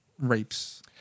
rapes